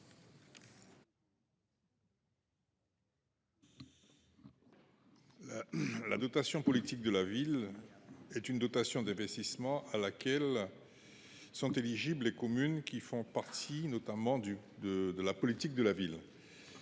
La dotation politique de la ville (DPV) est une dotation d’investissement à laquelle sont éligibles les communes qui font partie du périmètre de la politique de la ville.